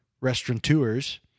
restaurateurs